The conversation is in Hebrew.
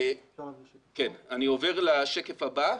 אני עובר לשקף הבא.